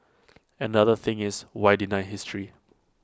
and the other thing is why deny history